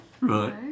right